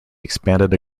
expanded